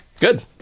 Good